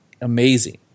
Amazing